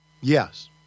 Yes